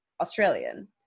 Australian